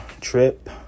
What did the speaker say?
trip